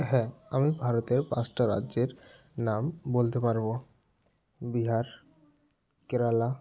হ্যাঁ আমি ভারতের পাঁচটা রাজ্যের নাম বলতে পারবো বিহার কেরালা